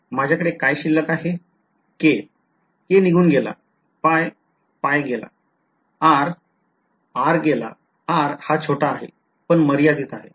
माझ्याकडे काय शिल्लक आहे k k निघून गेला गेला r गेला r हा छोटा आहे पण मर्यादित आहे